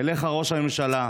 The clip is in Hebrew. אליך, ראש הממשלה: